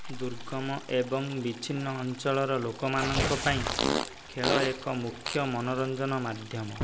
ଦୁର୍ଗମ ଏବଂ ବିଛିନ୍ନ ଅଞ୍ଚଳର ଲୋକ ମାନଙ୍କ ପାଇଁ ଖେଳ ଏକ ମୁଖ୍ୟ ମନୋରଞ୍ଜନ ମାଧ୍ୟମ